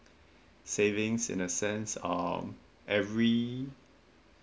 savings in the sense um every